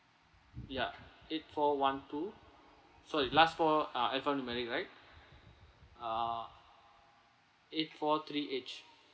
ya eight four one two sorry last four ah alphanumeric right ah eight four three H